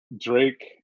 Drake